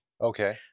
Okay